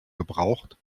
gebraucht